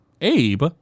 Abe